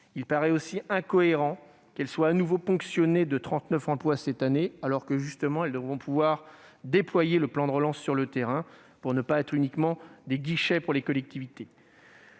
Il paraît incohérent qu'elles soient de nouveau ponctionnées de 39 emplois cette année, alors qu'elles devront justement pouvoir déployer le plan de relance sur le terrain pour ne pas devenir de simples guichets pour les collectivités.